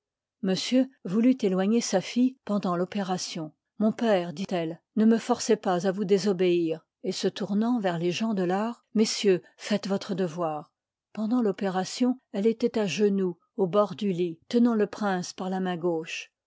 monsieur voulut éloigner sa fdle pendant l'opération mon père dit-elle ne n me forcez pas à vous désobéir et sp tournant vers les gens de fart messieurs h pabt faites votre devoir pendant l'opéra liv u tion elle étoit à genoux au bord du lit tenant le prince par la main gauche